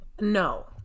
no